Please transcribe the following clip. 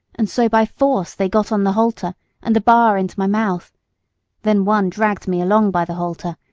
and so by force they got on the halter and the bar into my mouth then one dragged me along by the halter,